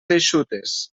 eixutes